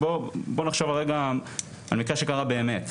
בואו נחשוב רגע על מקרה שקרה באמת.